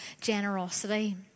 generosity